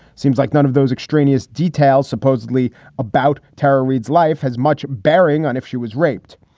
seems like none of those extraneous details, supposedly about tara reid's life has much bearing on if she was raped.